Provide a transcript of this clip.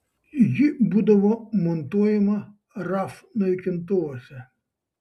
ji būdavo montuojama raf naikintuvuose